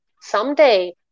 someday